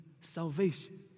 salvation